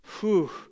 Whew